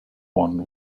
one